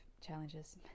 challenges